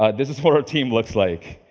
ah this is what our team looks like.